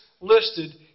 listed